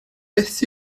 beth